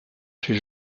chez